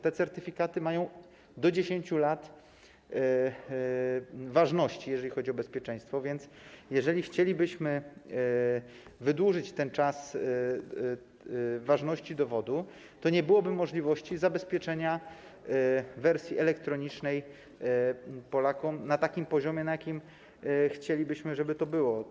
Te certyfikaty mają do 10 lat ważności, jeżeli chodzi o bezpieczeństwo, więc jeżeli chcielibyśmy wydłużyć czas ważności dowodu, to nie byłoby możliwości zabezpieczenia Polakom wersji elektronicznej na takim poziomie, na jakim chcielibyśmy, żeby to było.